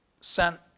sent